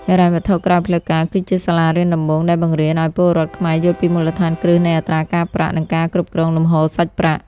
ហិរញ្ញវត្ថុក្រៅផ្លូវការគឺជា "សាលារៀនដំបូង" ដែលបង្រៀនឱ្យពលរដ្ឋខ្មែរយល់ពីមូលដ្ឋានគ្រឹះនៃអត្រាការប្រាក់ និងការគ្រប់គ្រងលំហូរសាច់ប្រាក់។